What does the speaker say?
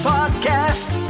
Podcast